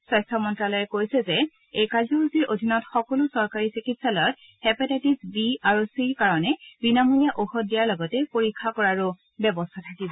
স্বাস্থ্য মন্ত্যালয়ে কৈছে যে এই কাৰ্যসূচীৰ অধীনত সকলো চৰকাৰী চিকিৎসালয়ত হেপেটাইটিছ বি আৰু চিৰ কাৰণে বিনামূলীয়া ঔষধ দিয়াৰ লগতে পৰীক্ষা কৰাৰ ব্যৱস্থা থাকিব